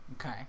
Okay